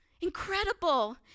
Incredible